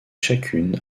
chacune